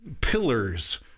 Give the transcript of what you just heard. pillars